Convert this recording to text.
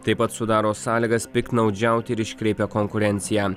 taip pat sudaro sąlygas piktnaudžiauti ir iškreipia konkurenciją